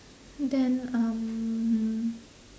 then um